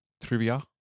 trivia